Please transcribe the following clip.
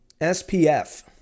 SPF